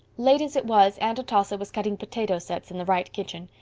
late as it was aunt atossa was cutting potato sets in the wright kitchen.